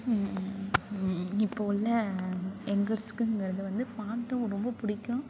இப்போது உள்ள யங்கர்ஸுக்குங்கிறது வந்து பாட்டும் ரொம்ப பிடிக்கும்